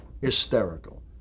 hysterical